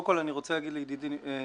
קודם כל אני רוצה להגיד לידידי נמרוד,